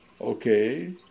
okay